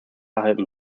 erhalten